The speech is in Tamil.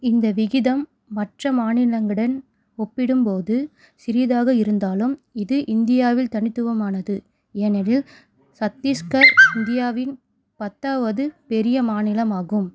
இந்த விகிதம் மற்ற மாநிலங்குடன் ஒப்பிடும்போது சிறியதாக இருந்தாலும் இது இந்தியாவில் தனித்துவமானது ஏனெனில் சத்தீஸ்கர் இந்தியாவின் பத்தாவது பெரிய மாநிலம் ஆகும்